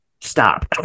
stop